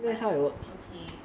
but okay